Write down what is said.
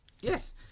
yes